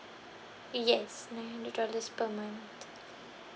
yes nine hundred dollars per month